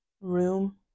room